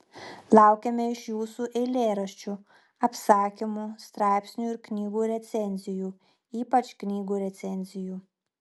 laukiame iš jūsų eilėraščių apsakymų straipsnių ir knygų recenzijų ypač knygų recenzijų